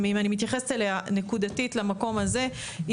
אם אני מתייחסת אליה נקודתית למקום הזה,